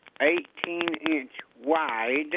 18-inch-wide